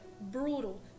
brutal